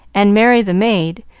and mary, the maid,